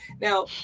now